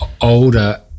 older